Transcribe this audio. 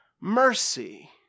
Mercy